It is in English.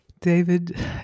David